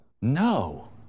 No